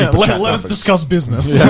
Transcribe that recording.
let's discuss business. yeah